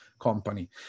company